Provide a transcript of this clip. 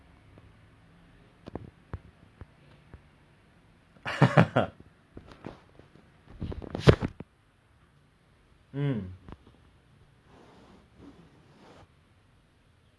so ya lor eh but badminton oh my god I love badminton badminton is also so fun like like you know in school right ah after exams also we will play we will go to the badminton hall and play badminton